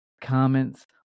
comments